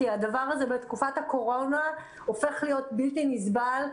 כי הדבר הזה בתקופת הקורונה הופך להיות בלתי נסבל.